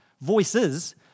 voices